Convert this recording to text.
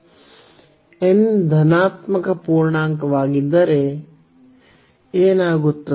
n ಧನಾತ್ಮಕ ಪೂರ್ಣಾಂಕವಾಗಿದ್ದರೆ n ಧನಾತ್ಮಕ ಪೂರ್ಣಾಂಕವಾಗಿದ್ದರೆ ಏನಾಗುತ್ತದೆ